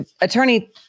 attorney